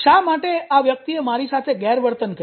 શા માટે આ વ્યક્તિએ મારી સાથે ગેરવર્તન કર્યું